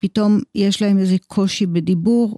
פתאום יש להם איזה קושי בדיבור.